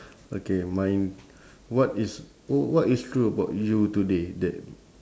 okay mine what is what is true about you today that